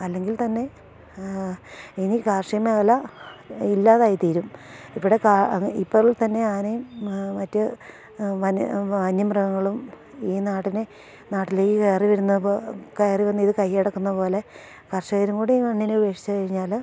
അല്ലെങ്കിൽ തന്നെ ഇനി കാർഷിക മേഖല ഇല്ലാതായി തീരും ഇവിടെ അത് ഇപ്പോൾ തന്നെ ആനയും മറ്റ് വന വന്യമൃഗങ്ങളും ഈ നാടിനെ നാട്ടിലേക്ക് കയറി വരുന്ന പോ കയറി വന്നിത് കയ്യടക്കുന്നതു പോലെ കർഷകരും കൂടി മണ്ണിനെ ഉപേക്ഷിച്ചു കഴിഞ്ഞാൽ